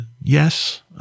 yes